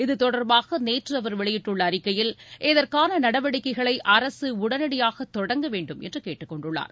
இத்தொடர்பாக நேற்று அவர் வெளியிட்டுள்ள அறிக்கையில் இதற்கான நடவடிக்கைகளை அரசு உடனடியாக தொடங்க வேண்டும் என்று கேட்டுக் கொண்டுள்ளார்